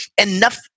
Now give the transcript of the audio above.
enough